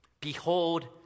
behold